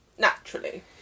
naturally